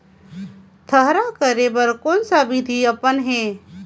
थरहा करे बर कौन सा विधि अपन?